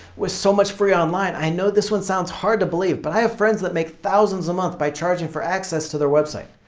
with so much free online, i know this one sounds hard to believe but i have friends that make thousands a month by charging for access to their website.